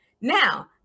Now